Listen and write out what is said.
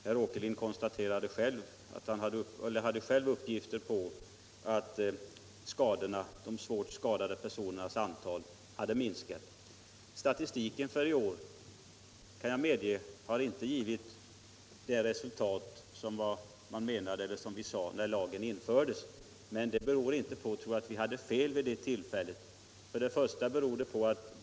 Herr Åkerlind hade själv uppgifter på att antalet svårt skadade personer har minskat efter lagens ikraftträdande. Statistiken för i år — det kan jag medge — har inte givit det resultat som vi trodde när lagen infördes, men det anser jag inte betyder att vi tog ett felaktigt beslut vid det tillfället.